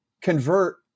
convert